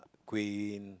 queen